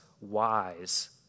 wise